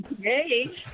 hey